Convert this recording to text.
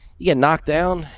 yeah knocked down,